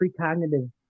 precognitive